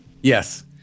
Yes